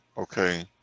Okay